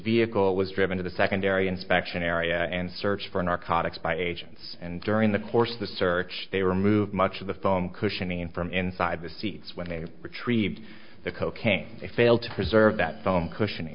vehicle was driven to the secondary inspection area and search for narcotics by agents and during the course of the search they removed much of the foam cushioning from inside the seats when they retrieved the cocaine they failed to preserve that foam cushion